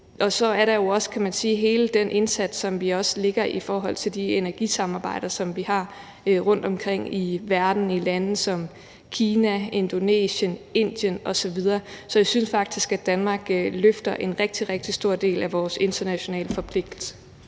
Så er der jo også hele den indsats, som vi også lægger i forhold til de energisamarbejder, som vi har rundtomkring i verden, i lande som Kina, Indonesien, Indien osv. Så jeg synes faktisk, at Danmark løfter en rigtig, rigtig stor del af vores internationale forpligtelser.